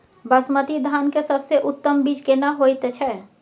बासमती धान के सबसे उन्नत बीज केना होयत छै?